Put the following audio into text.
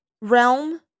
realm